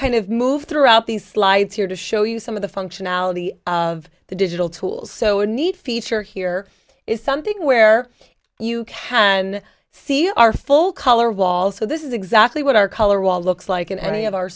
kind of move throughout these slides here to show you some of the functionality of the digital tools so a need feature here is something where you can see our full color wall so this is exactly what our color wall looks like in any of our